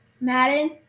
Madden